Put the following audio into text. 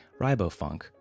Ribofunk